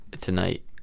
tonight